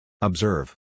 Observe